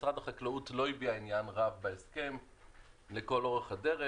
משרד החקלאות לא הביע עניין רב בהסכם לכל אורך הדרך.